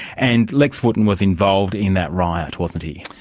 and lex wotton was involved in that riot, wasn't he?